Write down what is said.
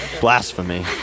blasphemy